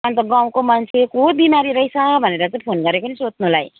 अन्त गाउँको मान्छे को बिमारी रहेछ भनेर चाहिँ फोन गरेको नि सोध्नुलाई